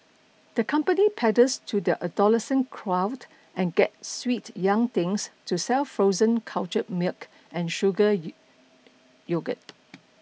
the company panders to the adolescent crowd and gets sweet young things to sell frozen cultured milk and sugar yogurt